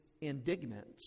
indignant